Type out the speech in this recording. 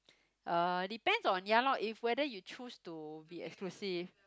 uh depends on ya lor if whether you choose to be exclusive